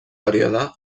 període